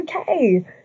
okay